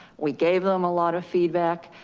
we gave them a lot of feedback.